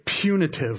punitive